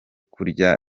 kurya